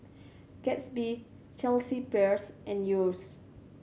Gatsby Chelsea Peers and Yeo's